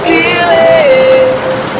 Feelings